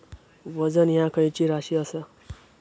वजन ह्या खैची राशी असा?